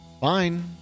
fine